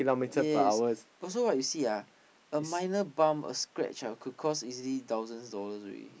yes also right you see ah a minor bump a scratch ah could cost easily thousands dollars already